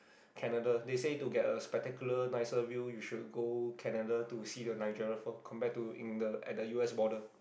Canada they say to get a spectacular nicer view you should go Canada to see the niagara Fall compared to in the at the u_s border